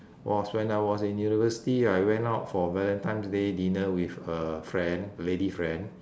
was when I was in university I went out for valentines' day dinner with a friend lady friend